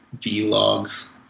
vlogs